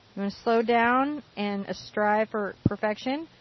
want to slow down and strive for perfection.